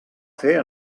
fer